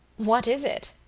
what is it?